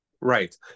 Right